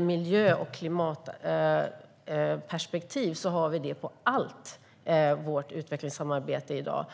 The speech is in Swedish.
Miljö och klimatperspektiv har vi på allt utvecklingssamarbete i dag.